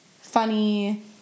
funny